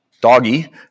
doggy